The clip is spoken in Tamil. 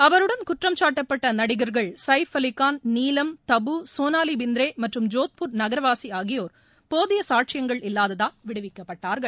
அவருடன் குற்றம் சாட்டப்பட்ட நடிகர்கள் சயிஃப் அலிகான் நீலம் தபு சோனாலி பிந்த்ரே மற்றும் ஜோத்பூர் நகரவாசி ஆகியோர் போதிய சாட்சியங்கள் இல்லாததால் விடுவிக்கப்பட்டார்கள்